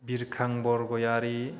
बिरखां बरगयारि